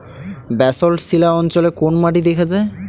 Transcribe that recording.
Basalt শিলা অঞ্চলে কোন মাটি দেখা যায়?